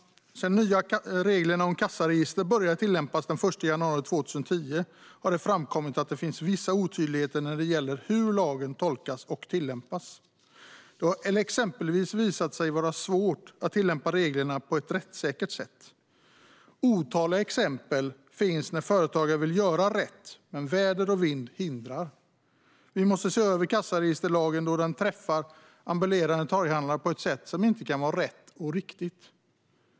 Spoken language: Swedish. Sedan de nya reglerna om kassaregister började tillämpas den 1 januari 2010 har det framkommit att det finns vissa otydligheter när det gäller hur lagen tolkas och tillämpas. Det har exempelvis visat sig vara svårt att tillämpa reglerna på ett rättssäkert sätt. Otaliga exempel finns på att företagare vill göra rätt men att väder och vind hindrar. Vi måste se över kassaregisterlagen, då den träffar ambulerande torghandlare på ett sätt som inte kan vara rätt och riktigt.